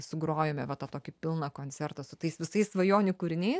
sugrojome va tą tokį pilną koncertą su tais visais svajonių kūriniais